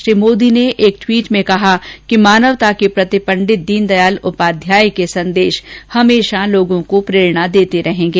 श्री मोदी ने एक ट्वीट में कहा कि मानवता के प्रति पंडित दीनदयाल उपाध्याय के संदेश हमेशा लोगों को प्रेरणा देते रहेंगे